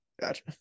Gotcha